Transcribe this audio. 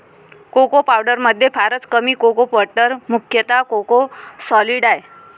cocoa पावडरमध्ये फारच कमी कोको बटर मुख्यतः कोको सॉलिड आहे